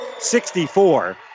64